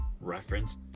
reference